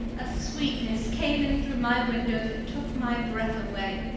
a sweetness came in through my window that took my breath away,